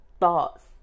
Thoughts